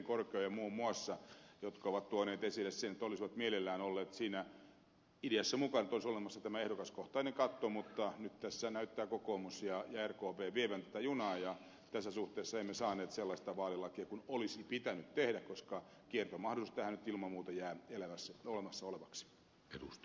korkeaoja muun muassa jotka ovat tuoneet esille sen että olisivat mielellään olleet siinä ideassa mukana että olisi olemassa tämä ehdokaskohtainen katto mutta nyt tässä näyttävät kokoomus ja rkp vievän tätä junaa ja tässä suhteessa emme saaneet sellaista vaalilakia kuin olisi pitänyt tehdä koska kiertomahdollisuus tähän nyt ilman muuta jää olemassa olevaksi